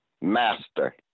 Master